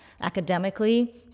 academically